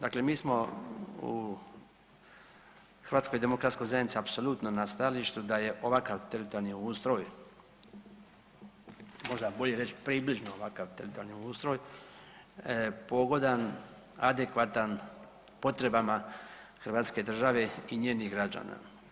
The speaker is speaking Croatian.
Dakle mi smo u Hrvatskoj demokratskoj zajednici apsolutno na stajalištu da je ovakav teritorijalni ustroj, možda bolje reć približno ovakav teritorijalni ustroj pogodan adekvatan u potrebama Hrvatske države i njenih građana.